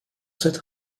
cette